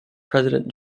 president